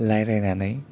रायज्लायनानै